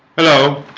hello